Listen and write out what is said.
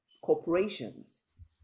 corporations